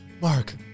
Mark